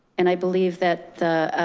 and, i believe that the